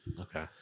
Okay